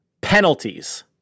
Penalties